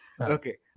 Okay